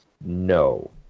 no